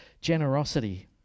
generosity